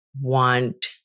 want